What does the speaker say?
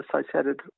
associated